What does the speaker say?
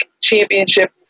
championship